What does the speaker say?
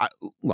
Look